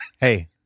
Hey